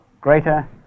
greater